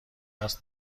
است